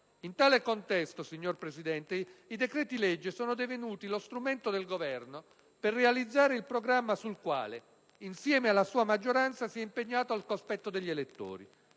In tale contesto, signor Presidente, i decreti-legge sono divenuti lo strumento del Governo per realizzare il programma sul quale, insieme alla sua maggioranza, si è impegnato al cospetto degli elettori.